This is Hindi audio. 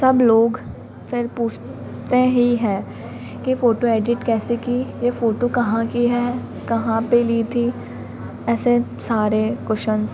सब लोग फ़िर पूछते ही है कि फ़ोटो एडिट कैसे की यह फ़ोटो कहाँ की है कहाँ पर ली थी ऐसे सारे कोशन्स